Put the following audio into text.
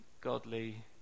godly